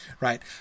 right